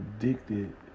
addicted